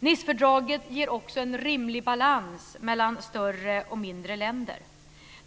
Nicefördraget ger också en rimlig balans mellan större och mindre länder.